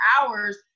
hours